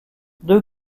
deux